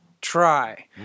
try